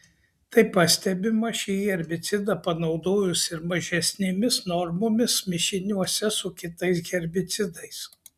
tai pastebima šį herbicidą panaudojus ir mažesnėmis normomis mišiniuose su kitais herbicidais